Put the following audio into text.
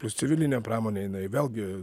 plius civilinė pramonė jinai vėlgi